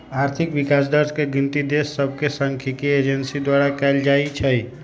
आर्थिक विकास दर के गिनति देश सभके सांख्यिकी एजेंसी द्वारा कएल जाइ छइ